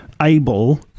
able